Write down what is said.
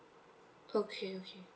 okay okay